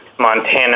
Montana